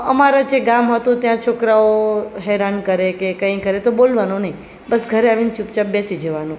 અમારા જે ગામ હતું ત્યાં છોકરાઓ હેરાન કરે કે કંઈ કરે તો બોલવાનું નહીં બસ ઘરે આવીને ચુપચાપ બેસી જવાનું